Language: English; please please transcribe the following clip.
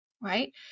right